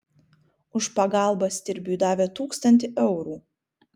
už pagalbą stirbiui davė tūkstantį eurų